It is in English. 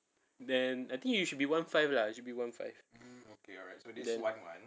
then I think you should be wan five lah should be wan five okay